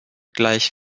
gleich